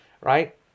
Right